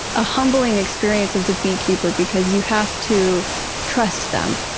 a humbling experience as a beekeeper because you have to trust them.